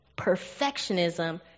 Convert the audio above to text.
perfectionism